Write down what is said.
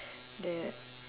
that